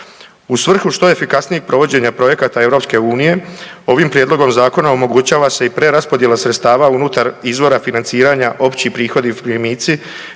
U svrhu što efikasnijeg provođenja projekata EU ovim prijedlogom zakona omogućava se i preraspodjela sredstava unutar izvora financiranja opći prihodi i primici,